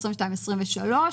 22 ו-23,